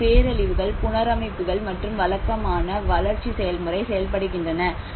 மேலும் பேரழிவுகள் புனரமைப்புகள் மற்றும் வழக்கமான வளர்ச்சி செயல்முறை செயல்படுகின்றன